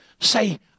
Say